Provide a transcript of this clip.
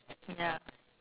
ya